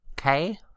Okay